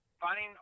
finding